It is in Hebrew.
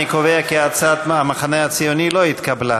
אני קובע כי הצעת המחנה הציוני לא התקבלה.